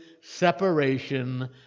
separation